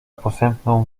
posępną